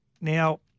Now